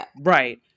right